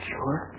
Sure